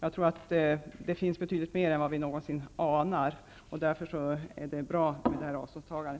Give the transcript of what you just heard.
Jag tror att det finns betydligt mer av det än vad vi någonsin anar. Därför är det bra med det här avståndstagandet.